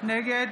נגד